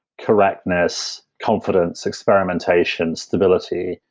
correctness, confidence, experimentation, stability,